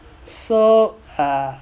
so err